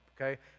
okay